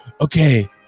Okay